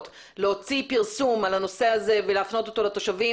להוציא פרסום על הנושא הזה ולהפנות אותו לתושבים,